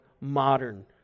modern